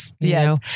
Yes